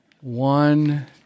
one